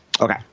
Okay